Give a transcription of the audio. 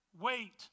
wait